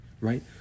right